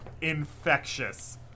infectious